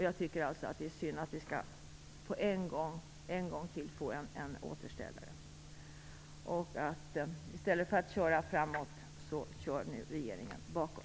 Jag tycker att det är synd att vi skall få en återställare en gång till. I stället för att köra framåt kör nu regeringen bakåt.